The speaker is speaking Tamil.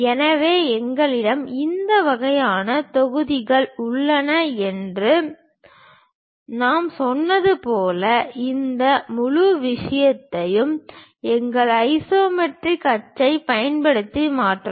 எனவே எங்களிடம் இந்த வகையான தொகுதிகள் உள்ளன என்று நான் சொன்னது போல இந்த முழு விஷயத்தையும் எங்கள் ஐசோமெட்ரிக் அச்சைப் பயன்படுத்தி மாற்றவும்